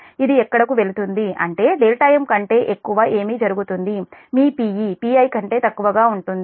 ఇది ఎక్కడకు వెళుతుంది అంటే m కంటే ఎక్కువ ఏమి జరుగుతుంది మీ Pe Pi కంటే తక్కువగా ఉంటుంది